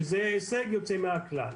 שזה הישג יוצא מן הכלל.